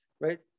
right